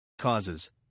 causes